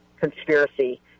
conspiracy